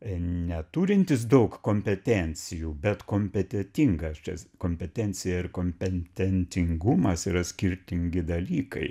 neturintis daug kompetencijų bet kompetetingas kompetencija ir kompetentingumas yra skirtingi dalykai